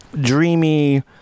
dreamy